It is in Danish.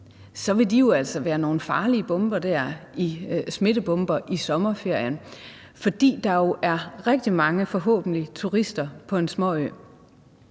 vil de jo altså være nogle farlige smittebomber i sommerferien, fordi der jo er rigtig mange, forhåbentlig, turister på en småø.